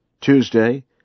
Tuesday